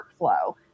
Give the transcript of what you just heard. workflow